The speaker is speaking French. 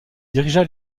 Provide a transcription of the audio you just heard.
dirigea